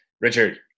richard